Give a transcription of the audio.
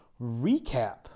recap